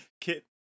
Kit